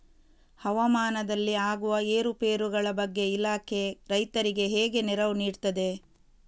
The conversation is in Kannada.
ಹವಾಮಾನದಲ್ಲಿ ಆಗುವ ಏರುಪೇರುಗಳ ಬಗ್ಗೆ ಇಲಾಖೆ ರೈತರಿಗೆ ಹೇಗೆ ನೆರವು ನೀಡ್ತದೆ?